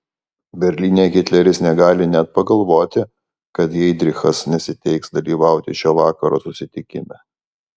berlyne hitleris negali net pagalvoti kad heidrichas nesiteiks dalyvauti šio vakaro susitikime